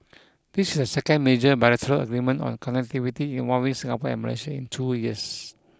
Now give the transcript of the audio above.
this is the second major bilateral agreement on connectivity involving Singapore and Malaysia in two years